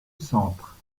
centre